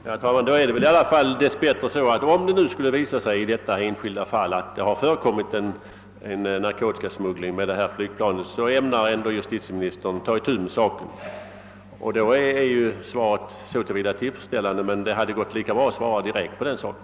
Herr talman! Då är det väl dess bättre så att om det i detta enskilda fall skulle visa sig att det förekommit narkotikasmuggling med flygplan ämnar justitieministern ta itu med saken. Så till vida är svaret då numera tillfredsställande, men det hade gått lika bra att säga det direkt.